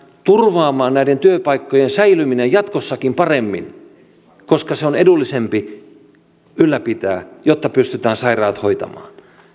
turvaamaan näiden työpaikkojen säilyminen jatkossakin paremmin koska se on edullisempi ylläpitää jotta pystytään sairaat hoitamaan